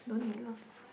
don't need lah